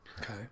Okay